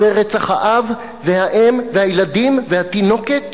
אחרי רצח האב, והאם, והילדים, והתינוקת?